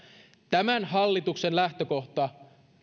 tämän hallituksen lähtökohta